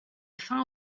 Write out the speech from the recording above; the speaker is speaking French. fin